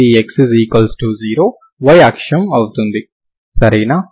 ఇది x0 y అక్షం అవుతుంది సరేనా